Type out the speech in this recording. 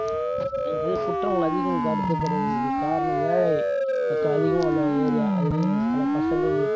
இப்படி குற்றங்கள் அதிகம் நடத்தப்படுவதற்கு காரணம் ஏழை மக்கள் அதிகமாக உள்ள ஏரியா அதுலையும் பல பசங்கள்